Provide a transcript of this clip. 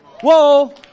Whoa